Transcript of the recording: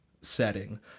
setting